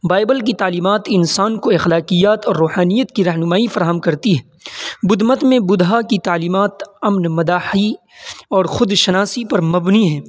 Bible کی تعلیمات انسان کو اخلاقیات اور روحانیت کی رہنمائی فراہم کرتی ہے بدھ مت میں بدھا کی تعلیمات امن مداحی اور خودشناسی پر مبنی ہیں